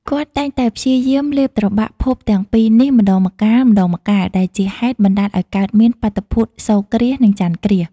គាត់តែងតែព្យាយាមលេបត្របាក់ភពទាំងពីរនេះម្ដងម្កាលៗ ដែលជាហេតុបណ្ដាលឱ្យកើតមានបាតុភូត សូរ្យគ្រាស និងចន្ទគ្រាស ។